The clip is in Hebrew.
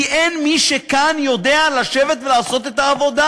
כי אין כאן מי שיודע לשבת ולעשות את העבודה.